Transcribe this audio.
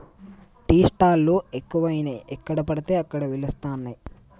tea stall లు ఎక్కువయినాయి ఎక్కడ పడితే అక్కడ వెలుస్తానయ్